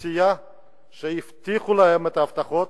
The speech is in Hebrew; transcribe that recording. לאלה שהבטיחו להם את ההבטחות